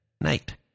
night